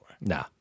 Nah